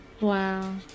Wow